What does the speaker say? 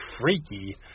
freaky